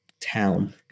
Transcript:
town